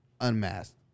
unmasked